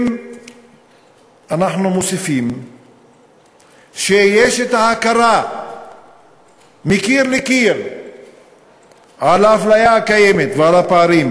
אם אנחנו מוסיפים שיש הכרה מקיר לקיר באפליה הקיימת ובפערים,